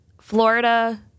Florida